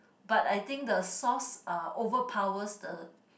but I think the sauce uh overpowers the